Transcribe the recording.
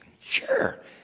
Sure